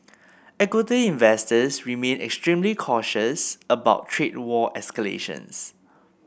equity investors remain extremely cautious about trade war escalations